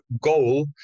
goal